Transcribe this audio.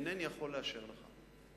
אינני יכול לאשר את זה.